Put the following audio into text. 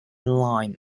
line